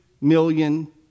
million